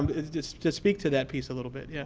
um to speak to that piece a little bit, yeah